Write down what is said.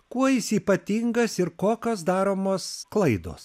kuo jis ypatingas ir kokios daromos klaidos